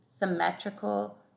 symmetrical